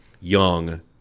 young